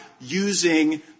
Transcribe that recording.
using